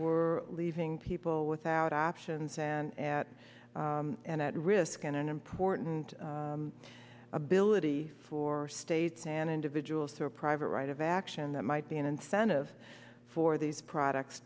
were leaving people without options and at an at risk an unimportant ability for states and individuals who are private right of action that might be an incentive for these products